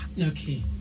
Okay